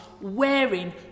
wearing